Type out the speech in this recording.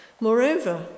Moreover